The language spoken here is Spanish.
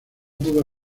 pudo